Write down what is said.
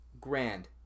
Grand